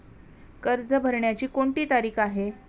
कर्ज भरण्याची कोणती तारीख आहे?